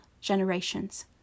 generations